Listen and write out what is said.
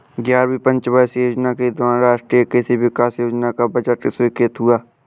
ग्यारहवीं पंचवर्षीय योजना के दौरान राष्ट्रीय कृषि विकास योजना का बजट स्वीकृत हुआ